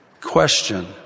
Question